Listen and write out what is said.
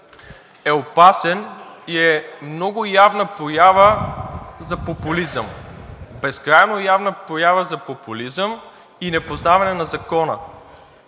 е опасен и е много явна проява за популизъм – безкрайно явна проява за популизъм и непознаване на закона,